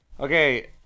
Okay